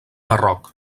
barroc